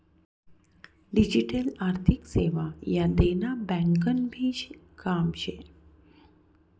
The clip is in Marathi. डिजीटल आर्थिक सेवा ह्या देना ब्यांकनभी काम शे